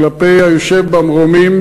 כלפי היושב במרומים,